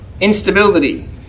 Instability